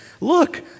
Look